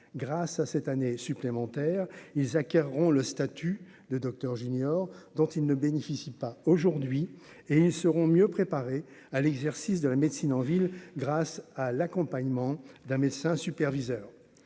grâce à cette année supplémentaire ils acquerront le statut de Docteur junior dont ils ne bénéficient pas aujourd'hui et seront mieux préparés à l'exercice de la médecine en ville grâce à l'accompagnement d'un médecin superviseur